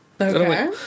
Okay